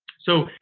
so,